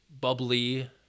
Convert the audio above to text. bubbly